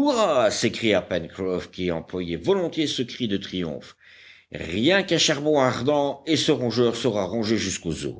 hurrah s'écria pencroff qui employait volontiers ce cri de triomphe rien qu'un charbon ardent et ce rongeur sera rongé jusqu'aux os